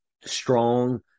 strong